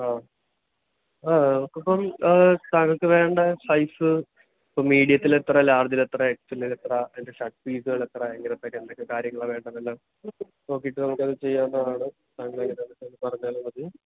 ആ ആ നമുക്ക് ഇപ്പം സാധനത്തിന് വേണ്ട സൈസ് ഇപ്പം മീഡിയത്തിൽ എത്ര ലാർജിൽ എത്ര എക്സ് എല്ലിൽ എത്ര അതിൻ്റെ ഷർട്ട് പീസുകൾ എത്ര എങ്ങനത്തെയൊക്കെ എന്തൊക്കെ കാര്യങ്ങളാണ് വേണ്ടതെല്ലാം നോക്കിയിട്ട് നമുക്കത് ചെയ്യാവുന്നതാണ് അതനുസരിച്ച് പറഞ്ഞാലും മതി